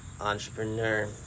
entrepreneur